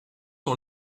sur